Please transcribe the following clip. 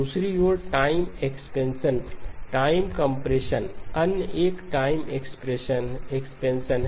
दूसरी ओर time expansion time compression अन्य एक टाइम एक्सपेंशन है